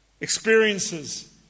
experiences